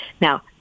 Now